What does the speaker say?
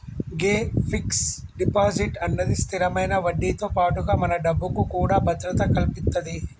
గే fix deposit అన్నది స్థిరమైన వడ్డీతో పాటుగా మన డబ్బుకు కూడా భద్రత కల్పితది